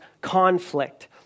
conflict